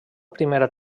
primera